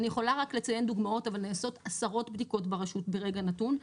אני יכולה רק לציין דוגמאות אבל נעשות עשרות בדיקות ברשות ברגע נתון,